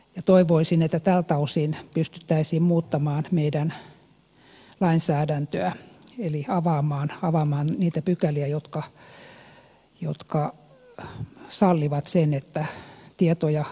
toivoisin että tältä osin pystyttäisiin muuttamaan meidän lainsäädäntöämme eli avaamaan niitä pykäliä jotka sallivat sen että tietoja salataan